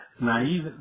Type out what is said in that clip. naive